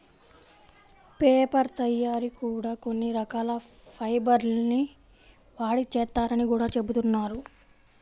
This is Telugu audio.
పేపర్ తయ్యారీ కూడా కొన్ని రకాల ఫైబర్ ల్ని వాడి చేత్తారని గూడా జెబుతున్నారు